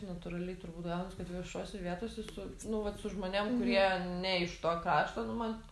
natūraliai turbūt gaunas kad viešose vietose su nu vat su žmonėm kurie ne iš to krašto nu man